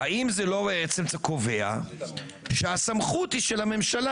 כי היא הוזנחה,